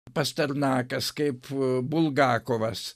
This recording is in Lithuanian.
pasternakas kaip bulgakovas